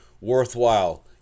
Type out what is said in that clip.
worthwhile